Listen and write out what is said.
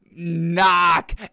Knock